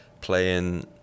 playing